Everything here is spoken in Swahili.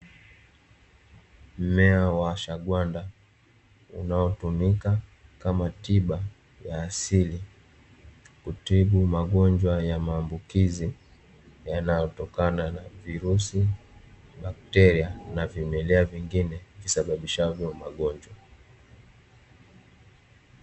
Mmea wa shagwanda unaotumika kama tiba ya asili kutibu magonjwa ya maambukizi yanayotokana na virusi, bakteria na vimelea vingine visababishavvo magonjwa.